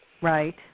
right